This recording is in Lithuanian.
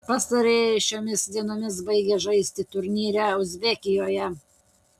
pastarieji šiomis dienomis baigia žaisti turnyre uzbekijoje